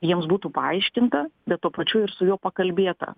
jiems būtų paaiškinta bet tuo pačiu ir su juo pakalbėta